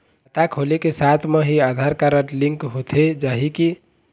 खाता खोले के साथ म ही आधार कारड लिंक होथे जाही की?